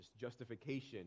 justification